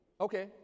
Okay